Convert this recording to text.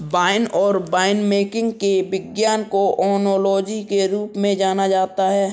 wine और winemaking के विज्ञान को ओनोलॉजी के रूप में जाना जाता है